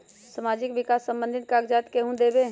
समाजीक विकास संबंधित कागज़ात केहु देबे?